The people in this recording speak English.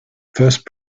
first